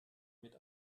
mit